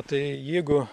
tai jeigu